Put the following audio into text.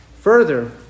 Further